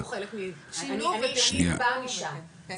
אני באה משם,